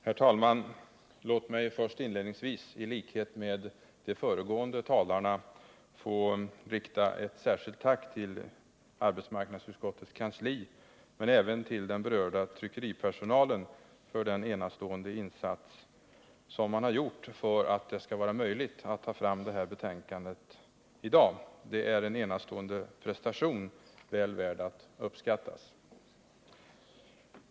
Herr talman! Låt mig först inledningsvis i likhet med de föregående talarna få rikta ett särskilt tack till arbetsmarknadsutskottets kansli men även till den berörda tryckeripersonalen för den enastående insats som man har gjort för att det skulle vara möjligt att få fram det betänkande som vi nu behandlar till i dag. Det är en enastående prestation, väl värd att uppskattas.